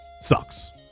Sucks